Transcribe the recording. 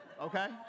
okay